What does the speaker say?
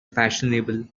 fashionable